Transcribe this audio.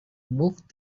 move